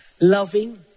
Loving